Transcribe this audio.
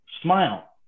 smile